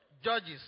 judges